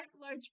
large